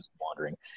wandering